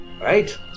Right